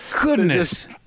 goodness